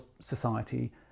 society